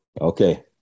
Okay